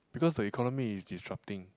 because the economy is disrupting